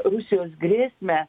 rusijos grėsmę